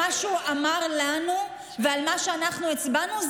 מה שהוא אמר לנו ועל מה שאנחנו הצבענו,